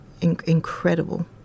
incredible